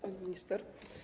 Pani Minister!